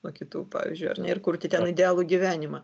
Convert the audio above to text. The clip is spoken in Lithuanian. nuo kitų pavyzdžiui ar ne ir kurti ten idealų gyvenimą